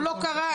הוא לא קרה.